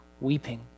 weeping